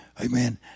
amen